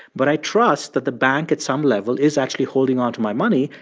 but i trust that the bank at some level is actually holding onto my money.